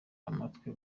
amatwi